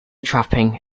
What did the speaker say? trapping